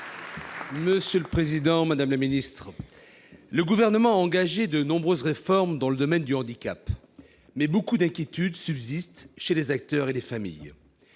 pour le groupe Les Républicains. Le Gouvernement a engagé de nombreuses réformes dans le domaine du handicap, mais beaucoup d'inquiétudes subsistent chez les acteurs et les familles.